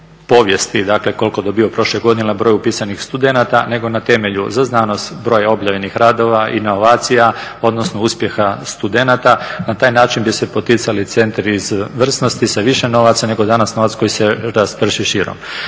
dakle koliko je dobio prošle godine ili broja upisanih studenata, nego na temelju za znanost, broj objavljenih radova, inovacija, odnosno uspjeha studenata. Na taj način bi se poticali centri izvrsnosti sa više novaca nego danas, novac koji se rasprši širom.